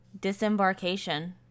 disembarkation